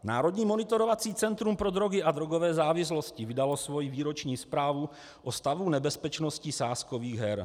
Národní monitorovací centrum pro drogy a drogové závislosti vydalo svoji výroční zprávu o stavu nebezpečnosti sázkových her.